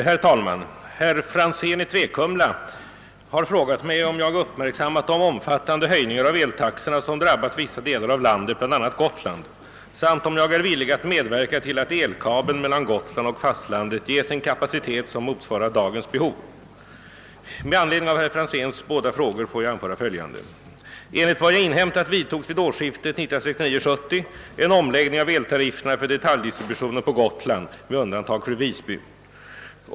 Herr talman! Herr Franzén i Träkumla har frågat mig om jag uppmärksammat de omfattande höjningar av eltaxorna som drabbat vissa delar av landet, bl.a. Gotland, samt om jag är villig att medverka till att elkabeln mellan Gotland och fastlandet ges en kapacitet som motsvarar dagens behov. Med anledning av herr Franzéns båda frågor får jag anföra följande. Enligt vad jag inhämtat vidtogs vid årsskiftet 1969—1970 en omläggning av eltarifferna för detaljdistributionen på Gotland med undantag för Visby.